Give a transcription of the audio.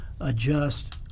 adjust